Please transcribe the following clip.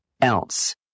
else